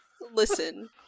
Listen